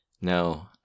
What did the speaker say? no